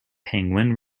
penguin